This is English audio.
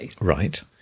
Right